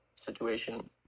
situation